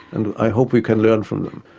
and i hope we can learn from them,